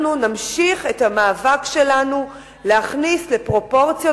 אנחנו נמשיך את המאבק שלנו להכניס לפרופורציות